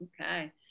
Okay